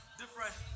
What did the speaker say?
different